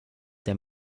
der